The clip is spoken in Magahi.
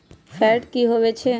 फैट की होवछै?